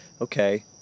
okay